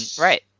Right